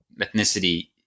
ethnicity